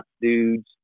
dudes